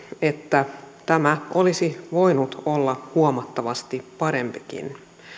että tämä olisi voinut olla huomattavasti parempikin